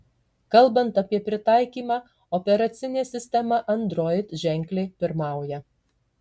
kalbant apie pritaikymą operacinė sistema android ženkliai pirmauja